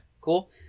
cool